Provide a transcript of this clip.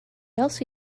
also